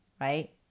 right